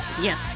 yes